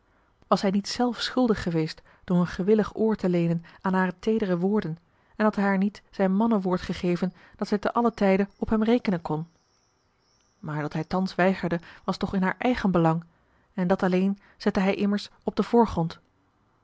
was hij niet zelf schuldig geweest door een gewillig oor te leenen aan hare teedere woorden en had hij haar niet zijn mannenwoord gegeven dat zij ten allen tijde op hem rekenen kon maar dat hij thans weigerde was toch in haar eigen belang en dat alleen zette hij immers op den voorgrond